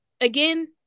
Again